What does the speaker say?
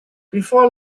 before